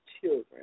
children